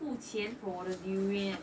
付钱 for 我的 durian